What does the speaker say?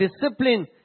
discipline